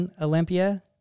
Olympia